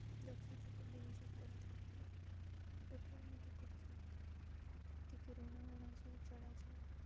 ଦକ୍ଷତାକୁ ବିନିଯୋଗ କରିଥାନ୍ତି ଓ ବେପାର ମଧ୍ୟ କରିଥାନ୍ତି କେମିତିକି ଋଣ ଅଣାଯାଏ ଚଳାଯାଏ